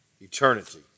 Eternity